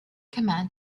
command